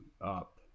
up